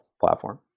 platform